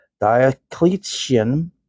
Diocletian